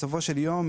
בסופו של יום,